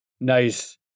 nice